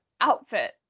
outfit